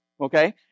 Okay